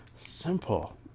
Simple